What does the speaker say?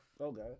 Okay